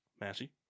Massey